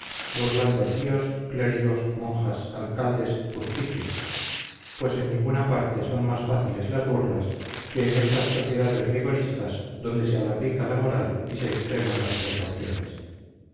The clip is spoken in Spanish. burlando tíos clérigos monjas alcaldes justicias pues en ninguna parte son más fáciles las burlas que en estas sociedades rigoristas donde se alambica la moral y se extreman las precauciones